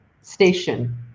station